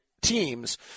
teams